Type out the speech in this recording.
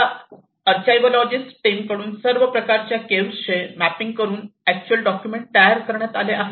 आता archaeologists team कडून संपूर्ण प्रकारच्या केव्हचे मॅपिंग करून अॅक्च्युअल डॉक्युमेंट तयार करण्यात आले आहे